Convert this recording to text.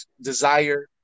desire